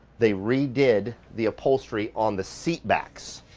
they redid the upholstery on the seat backs.